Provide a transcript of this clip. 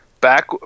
back